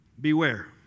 beware